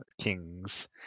kings